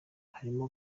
harimo